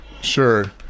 Sure